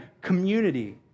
community